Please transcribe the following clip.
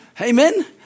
Amen